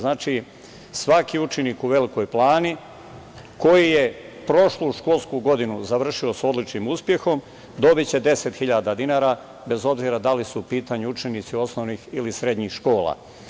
Znači, svaki učenik u Velikoj Plani koji je prošlu školsku godinu završio sa odličnim uspehom dobiće 10.000 dinara, bez obzira da li su u pitanju učenici osnovnih ili srednjih škola.